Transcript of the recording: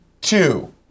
two